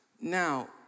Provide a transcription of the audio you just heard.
now